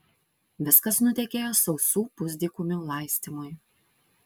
viskas nutekėjo sausų pusdykumių laistymui